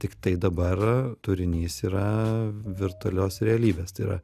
tiktai dabar turinys yra virtualios realybės tai yra